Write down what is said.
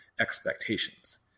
expectations